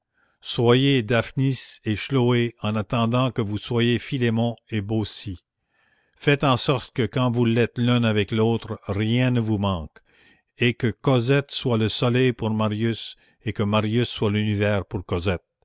soyez daphnis et chloé en attendant que vous soyiez philémon et baucis faites en sorte que quand vous êtes l'un avec l'autre rien ne vous manque et que cosette soit le soleil pour marius et que marius soit l'univers pour cosette